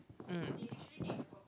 mm